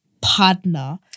partner